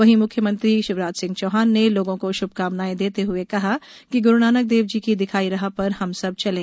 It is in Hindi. वहीं मुख्यमंत्री शिवराज सिंह चौहान ने लोगों को शुभकामनाएं देते हुए कहा कि गुरुनानक देव जी की दिखाई राह पर हम सब चलें